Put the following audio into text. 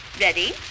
Ready